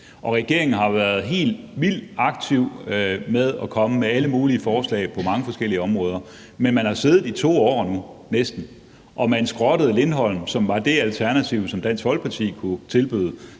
Regeringen har jo været helt vildt aktiv med at komme med alle mulige forslag på mange forskellige områder, men man har nu siddet i næsten 2 år med en skrottet Lindholm, som var det alternativ, som Dansk Folkeparti kunne tilbyde.